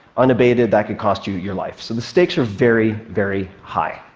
unabated, that could cost you your life. so the stakes are very, very high.